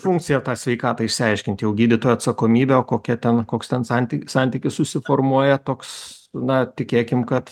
funkcija tą sveikatą išsiaiškint jau gydytojo atsakomybė kokia ten koks ten santyk santykis susiformuoja toks na tikėkim kad